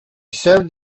served